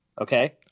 okay